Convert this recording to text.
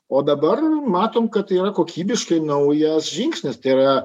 o dabar matom kad yra kokybiškai naujas žingsnis tai yra